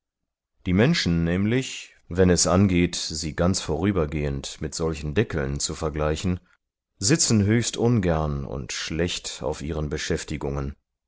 die menschen nämlich wenn es angeht sie ganz vorübergehend mit solchen deckeln zu vergleichen sitzen höchst ungern und schlecht auf ihren beschäftigungen